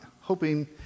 hoping